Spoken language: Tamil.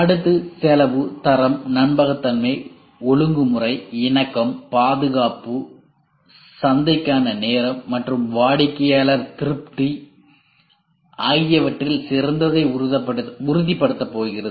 அடுத்தது செலவு தரம் நம்பகத்தன்மை ஒழுங்குமுறை இணக்கம் பாதுகாப்பு சந்தைக்கான நேரம் மற்றும் வாடிக்கையாளர் திருப்தி ஆகியவற்றில் சிறந்ததை உறுதிப்படுத்தப் போகிறது